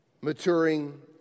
maturing